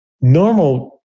normal